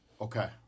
Okay